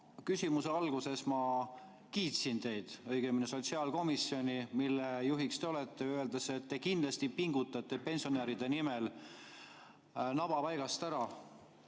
küsimuse alguses ma kiitsin teid, õigemini sotsiaalkomisjoni, mille juht te olete, öeldes, et te kindlasti pingutate pensionäride nimel naba paigast ära.